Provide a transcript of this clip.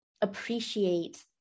appreciate